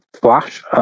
flash